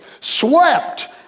swept